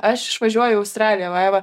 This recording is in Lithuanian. aš išvažiuoju į australiją vaiva